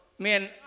Man